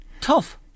tough